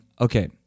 okay